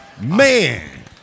Man